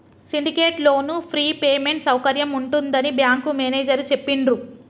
syndicate loan free payment సౌకర్యం ఉంటుందని bank manager చెప్పిండ్రు